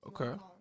Okay